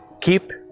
Keep